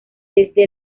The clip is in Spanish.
desde